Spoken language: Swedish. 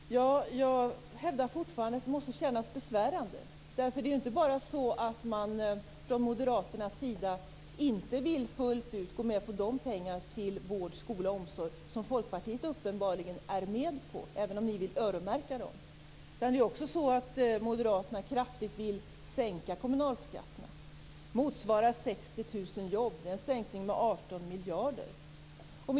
Fru talman! Jag hävdar fortfarande att det måste kännas besvärande. Moderaterna vill ju inte fullt ut gå med på att satsa de pengar till vård, skola och omsorg som Folkpartiet uppenbarligen är med på, även om ni vill öronmärka dem. Moderaterna vill också kraftigt sänka kommunalskatten, en sänkning med 18 miljarder och det motsvarar 60 000 jobb.